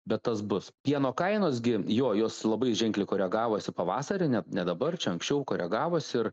bet tas bus pieno kainos gi jo jos labai ženkliai koregavosi pavasarį net ne dabar čia anksčiau koregavosi ir